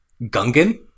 Gungan